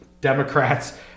Democrats